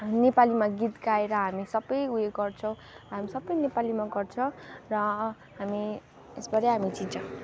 नेपालीमा गीत गाएर हामी सबै उयो गर्छौँ हामी सबै नेपालीमा गर्छ र हामी यसबाटै हामी चिन्छ